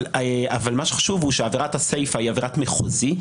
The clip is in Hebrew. אבל מה שחשוב הוא שעבירת הסיפה היא עבירת מחוזי.